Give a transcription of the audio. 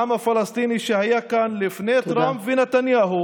העם הפלסטיני היה כאן לפני טראמפ ונתניהו